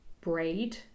braid